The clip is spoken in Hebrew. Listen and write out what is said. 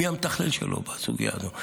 מי המתכלל שלו בסוגיה הזו.